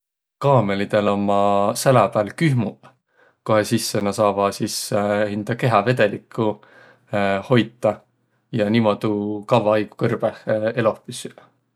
Kaamõlidõl ommaq sälä pääl kühmuq, kohe sisse nä saavaq sis hindä kehä vedelikku hoitaq ja niimodu kavva aigu kõrbõh eloh püssüq.